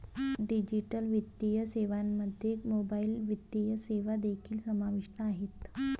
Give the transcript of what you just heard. digital वित्तीय सेवांमध्ये mobile वित्तीय सेवा देखील समाविष्ट आहेत